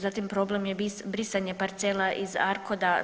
Zatim problem je brisanje parcela iz ARKOD-a.